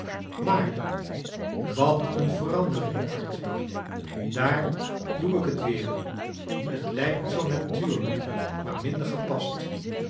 maar wat een veran deringen arthur daar doe ik het weer t lijkt zoo natuurlijk maar minder gepast